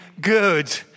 good